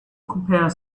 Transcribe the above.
compare